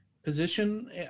position